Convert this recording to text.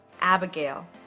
Abigail